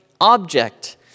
object